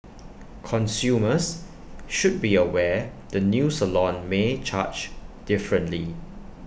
consumers should be aware the new salon may charge differently